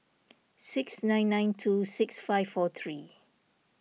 six nine nine two six five four three